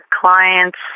clients